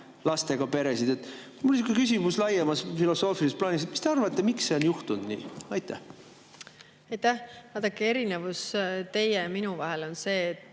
lastega peresid. Mul on sihuke küsimus laiemas filosoofilises plaanis: mis te arvate, miks see on nii juhtunud? Aitäh! Vaadake, erinevus teie ja minu vahel on see,